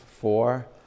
four